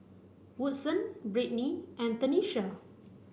Woodson Brittni and Tenisha